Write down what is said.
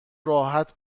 راحت